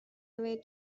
away